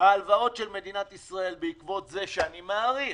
ההלוואות של מדינת ישראל בעקבות זה שאני מעריך,